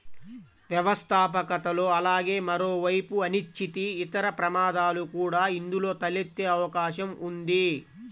వ్యవస్థాపకతలో అలాగే మరోవైపు అనిశ్చితి, ఇతర ప్రమాదాలు కూడా ఇందులో తలెత్తే అవకాశం ఉంది